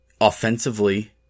offensively